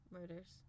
murders